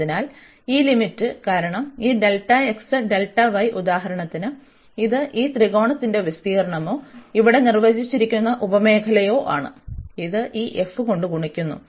അതിനാൽ ഈ ലിമിറ്റ് കാരണം ഈ ഉദാഹരണത്തിന് ഇത് ഈ ത്രികോണത്തിന്റെ വിസ്തീർണ്ണമോ ഇവിടെ നിർവചിച്ചിരിക്കുന്ന ഉപമേഖലയോ ആണ് ഇത് ഈ f കൊണ്ട് ഗുണിക്കുന്നു